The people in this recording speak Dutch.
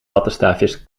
wattenstaafjes